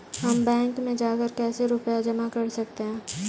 हम बैंक में जाकर कैसे रुपया जमा कर सकते हैं?